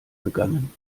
begannen